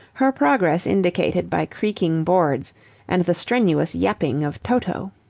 her progress indicated by creaking boards and the strenuous yapping of toto.